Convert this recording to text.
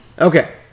Okay